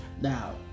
Now